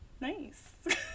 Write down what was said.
nice